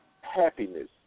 happiness